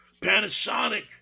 Panasonic